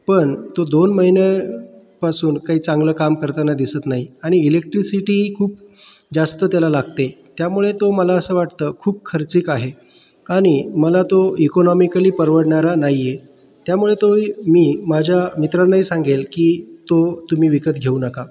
पण तो दोन महिन्यांपासून काही चांगलं काम करताना दिसत नाही आणि इलेक्ट्रीसिटीही खूप जास्त त्याला लागते त्यामुळे तो मला असं वाटतं खूप खर्चिक आहे आणि मला तो इकॉनॉमिकली परवडणारा नाही आहे त्यामुळे तो मी मी माझ्या मित्रांनाही सांगेल की तो तुम्ही विकत घेऊ नका